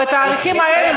ובתאריכים האלה,